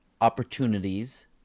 opportunities